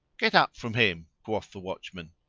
get up from him, quoth the watch man.